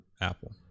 apple